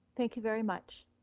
thank you very much.